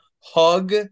hug